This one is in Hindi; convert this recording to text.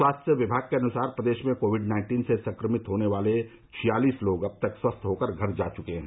स्वास्थ्य विभाग के अनुसार प्रदेश में कोविड नाइन्टीन से संक्रमित होने वाले छियालीस लोग अब तक स्वस्थ होकर घर जा चुके हैं